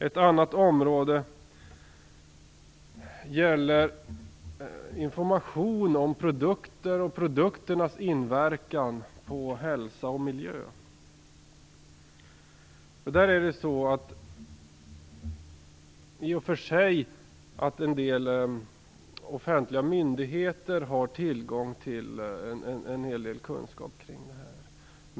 Ett annat område är information om produkter och deras inverkan på hälsa och miljö. I och för sig finns det offentliga myndigheter som har tillgång till en hel del kunskap om det här.